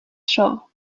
shore